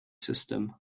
system